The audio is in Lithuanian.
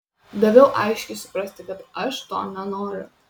daviau aiškiai suprasti kad aš to nenoriu